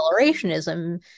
accelerationism